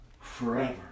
forever